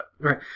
Right